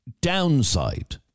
downside